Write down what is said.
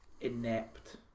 inept